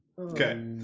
Okay